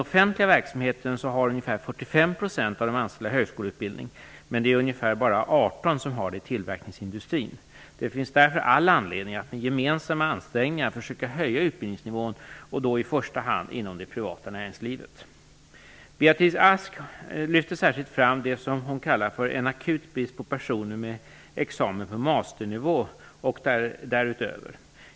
45 % av de anställda högskoleutbildning medan endast ungefär 18 % har det i tillverkningsindustrin. Det finns därför all anledning att med gemensamma ansträngningar försöka höja utbildningsnivån och då i första hand inom det privata näringslivet. Beatrice Ask väljer att särskilt lyfta fram det som hon benämner som "en akut brist på personer med examen på mastersnivå och därutöver".